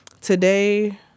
Today